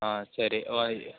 ಹಾಂ ಸರಿ ವಯ್